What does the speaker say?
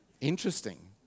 Interesting